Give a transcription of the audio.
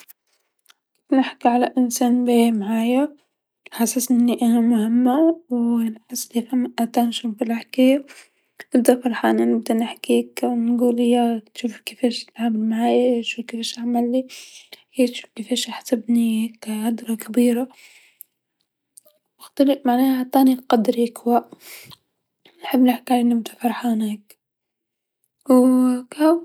كيف نحكي على إنسان باهي معايا يحسسني أني مهمه و نحسن أني فما تقارب في الحكايه، نبدا فرحانه نبدا نحكي هكاك نبدا نقول يا شوف كيفاش تعامل معايا يا شوف كيفاش عاملني يا شوف كيافش حسبني هاكل هدرت كبيرا معناها عرف عطاني قدري كوا، نحب الحكايه نبدا فرحانه هاكا.